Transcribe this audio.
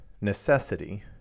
necessity